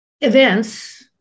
events